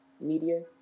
media